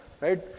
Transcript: right